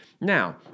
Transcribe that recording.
Now